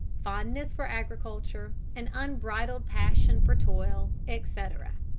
fondness for agriculture, an unbridled passion for toil, etc.